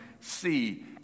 see